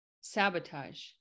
sabotage